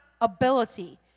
ability